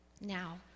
Now